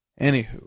anywho